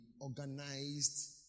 organized